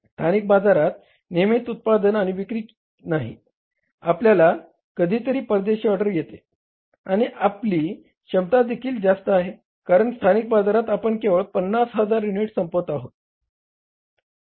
स्थानिक बाजारात नियमित उत्पादन आणि विक्री नाही आपल्याला कधी तरी परदेशी ऑर्डर येते आणि आपली क्षमता देखील जास्त आहे कारण स्थानिक बाजारात आपण केवळ 50000 युनिट्स संपत आहेत